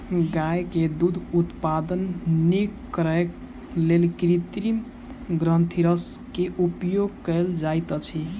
गाय के दूध उत्पादन नीक करैक लेल कृत्रिम ग्रंथिरस के उपयोग कयल जाइत अछि